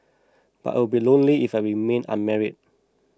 but I would be lonely if I remained unmarried